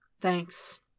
Thanks